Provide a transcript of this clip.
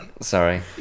Sorry